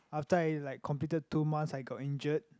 after I like completed two months I got injured